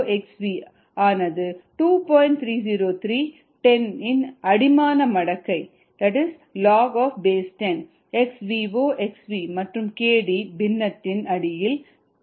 303 10 ன் அடிமான மடக்கை xvo xv மற்றும் kd பின்னதின் அடியில் வருகிறது